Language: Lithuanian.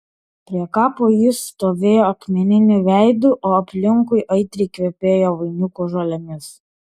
prie kapo jis stovėjo akmeniniu veidu o aplinkui aitriai kvepėjo vainikų žolėmis